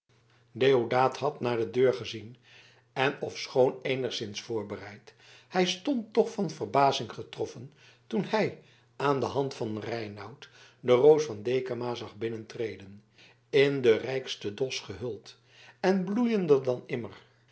deodaat had naar de deur gezien en ofschoon eenigszins voorbereid hij stond toch van verbazing getroffen toen hij aan de hand van reinout de roos van dekama zag binnentreden in den rijksten dos gehuld en bloeiender dan immer